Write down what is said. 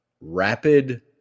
rapid